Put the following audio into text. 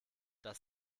das